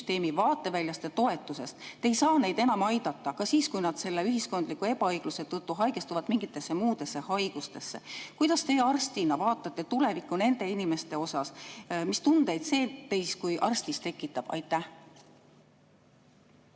vaateväljast ja toetusest. Te ei saa neid enam aidata ka siis, kui nad selle ühiskondliku ebaõigluse tõttu haigestuvad mingitesse muudesse haigustesse. Kuidas teie arstina vaatate tulevikku nende inimeste osas? Mis tundeid see teis kui arstis tekitab? Selles